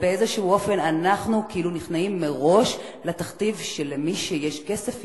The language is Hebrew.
באיזשהו אופן אנחנו כאילו נכנעים מראש לתכתיב שמי שיש לו כסף,